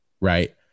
right